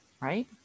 Right